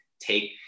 Take